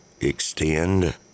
extend